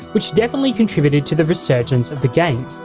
which definitely contributed to the resurgence of the game.